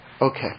Okay